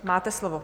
Máte slovo.